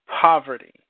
poverty